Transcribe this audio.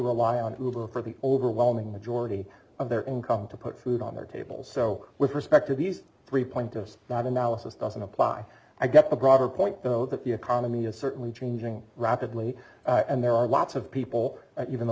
who rely on the overwhelming majority of their income to put food on their tables so with respect to these three pointers not analysis doesn't apply i get the broader point though that the economy is certainly changing rapidly and there are lots of people even though